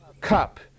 cup